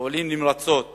פועלים נמרצות